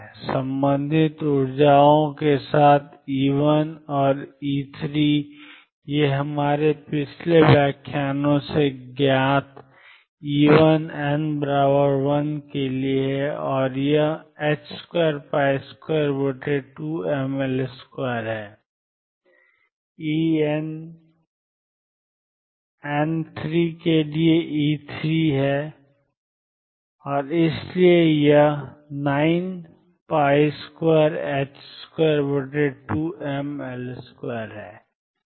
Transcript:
संबंधित ऊर्जाओं के साथE1 और E3ये हमारे पिछले व्याख्यानों से ज्ञात हैं E1 n1 के लिए है और यह 222mL2 है E3 n3 के लिए है और इसलिए यह 9222mL2 है